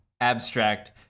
Abstract